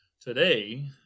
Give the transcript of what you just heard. Today